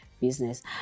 business